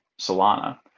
Solana